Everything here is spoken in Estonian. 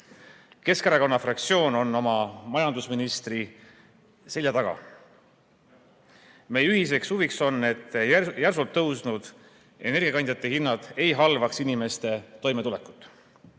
Keskerakonna fraktsioon on oma majandusministri selja taga. Meie ühiseks huviks on, et järsult tõusnud energiakandjate hinnad ei halvaks inimeste toimetulekut.